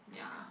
yeah